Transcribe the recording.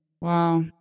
Wow